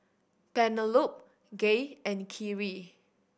Penelope Gay and Khiry